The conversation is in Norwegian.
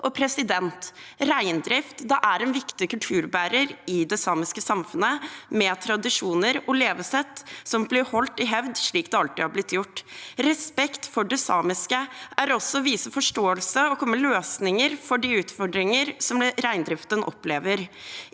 språket. Reindrift er en viktig kulturbærer i det samiske samfunnet – med tradisjoner og levesett som blir holdt i hevd slik det alltid er blitt gjort. Respekt for det samiske er også å vise forståelse og komme med løsninger for de utfordringer reindriften opplever.